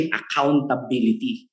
accountability